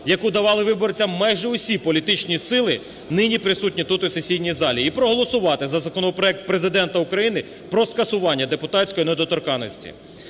яку давати виборцям майже усі політичні сили, нині присутні тут у сесійній залі, і проголосувати за законопроект Президента України про скасування депутатської недоторканності.